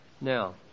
Now